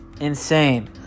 Insane